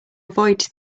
avoid